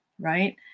right